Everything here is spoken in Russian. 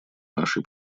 нашей